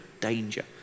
danger